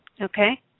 Okay